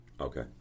okay